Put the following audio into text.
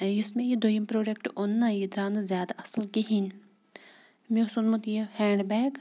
یُس مےٚ یہِ دوٚیُم پرٛوڈَکٹ اوٚن نا یہِ درٛاو نہٕ زیادٕ اَصٕل کِہیٖنۍ مےٚ اوس اوٚنمُت یہِ ہینٛڈ بیگ